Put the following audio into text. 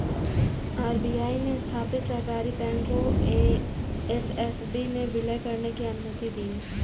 RBI ने स्थापित सहकारी बैंक को एस.एफ.बी में विलय करने की अनुमति दी